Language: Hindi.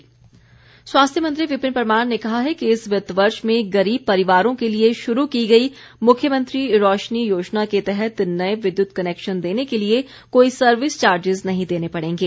विपिन परमार स्वास्थ्य मंत्री विपिन परमार ने कहा है कि इस वित्त वर्ष में गरीब परिवारों के लिए शुरू की गई मुख्यमंत्री रौशनी योजना के तहत नए विद्युत कनैक्शन देने के लिए कोई सर्विस चार्जिज नहीं देने पडेंगे